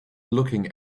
looking